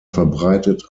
verbreitet